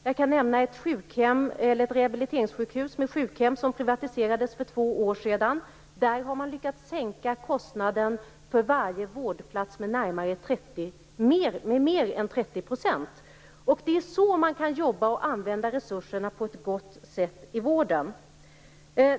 Jag kan också nämna ett rehabiliteringssjukhus med sjukhem som privatiserades för två år sedan. Där har man lyckats sänka kostnaden för varje vårdplats med mer än 30 %. Det är så man kan jobba och använda resurserna på ett gott sätt i vården.